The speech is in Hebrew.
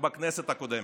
בכנסת הקודמת.